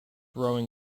rowing